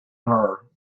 her